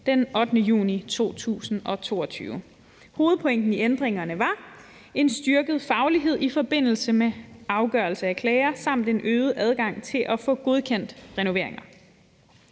den 8. juni 2022. Hovedpointerne i ændringerne var en styrket faglighed i forbindelse med afgørelse af klager samt en øget adgang til at få godkendt renoveringer.